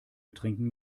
betrinken